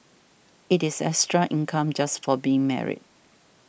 it is extra income just for being married